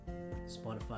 Spotify